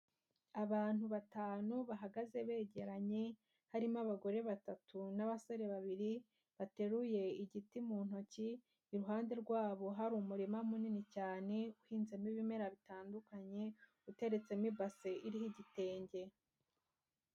Abantu batanu bahagaze begeranye, harimo abagore batatu n'abasore babiri bateruye igiti mu ntoki, iruhande rwabo hari umurima munini cyane uhinzemo ibimera bitandukanye uteretsemo ibase iriho igitenge.